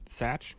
Satch